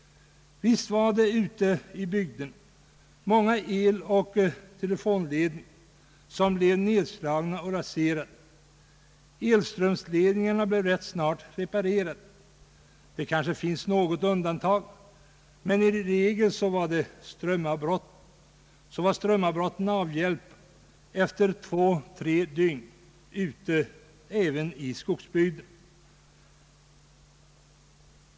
Visst var det ute i bygderna många eloch telefonledningar som blev nedslagna och raserade. Elströmsledningarna blev rätt snart reparerade. Det kanske finns något undantag, men i regel var strömavbrotten avhjälpta efter två tre dygn även ute i skogsbygden.